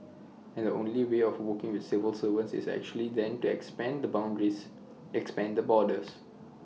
and the only way of working with civil servants is actually then to expand the boundaries expand the borders